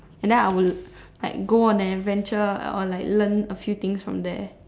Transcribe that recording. and then I would like go on an adventure or like learn a few things from there